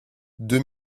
deux